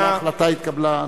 אבל ההחלטה התקבלה,